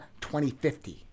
2050